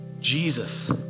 Jesus